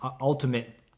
ultimate